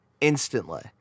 instantly